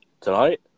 Tonight